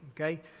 okay